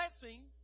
blessing